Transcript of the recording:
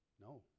No